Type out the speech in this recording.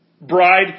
Bride